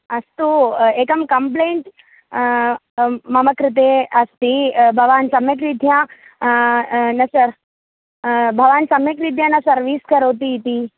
अस्तु एकं कम्प्लेण्ट् मम कृते अस्ति भवान् सम्यक्रीत्या न सर् भवान् सम्यक्रीत्या न सर्विस् करोति इति